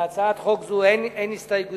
להצעת חוק זו אין הסתייגויות.